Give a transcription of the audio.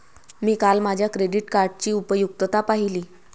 मी काल माझ्या क्रेडिट कार्डची उपयुक्तता पाहिली